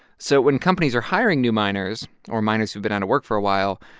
so when companies are hiring new miners or miners who've been out of work for a while,